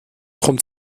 kommt